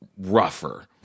rougher